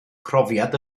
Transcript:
profiad